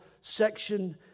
section